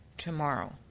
tomorrow